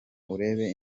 urebe